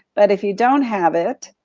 but if you don't have it,